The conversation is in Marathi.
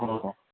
हो हो